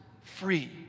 free